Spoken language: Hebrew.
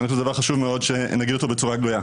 זה דבר חשוב מאוד שנגיד אותו בצורה גלויה.